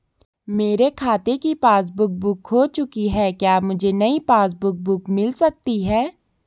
मेरे खाते की पासबुक बुक खो चुकी है क्या मुझे नयी पासबुक बुक मिल सकती है?